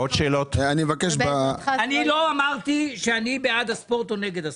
אני לא אמרתי שאני בעד הספורט או נגד הספורט.